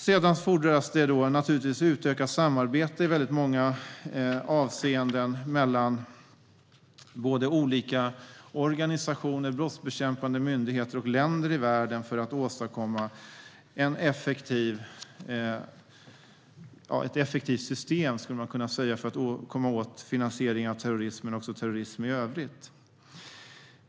Sedan fordras det naturligtvis utökat samarbete i väldigt många avseenden mellan olika organisationer, brottsbekämpande myndigheter och länder i världen för att åstadkomma ett effektivt system för att komma åt finansieringen av terrorism men också terrorism i övrigt.